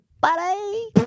buddy